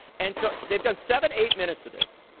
and so they've done seven, eight minutes of this,